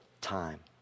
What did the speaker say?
time